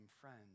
friends